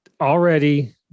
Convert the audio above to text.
already